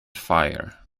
fire